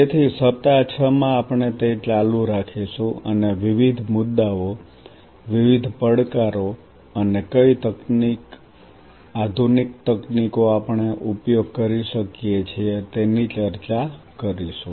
તેથી સપ્તાહ 6 માં આપણે તે ચાલુ રાખીશું અને વિવિધ મુદ્દાઓ વિવિધ પડકારો અને કઈ આધુનિક તકનીકો આપણે ઉપયોગ કરી શકીએ છીએ તેની ચર્ચા કરીશું